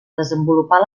desenvolupar